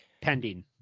Pending